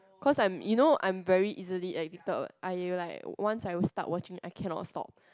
cause I'm you know I'm very easily addicted I like once I will start watching I cannot stop